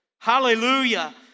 Hallelujah